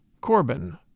Corbin